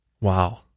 Wow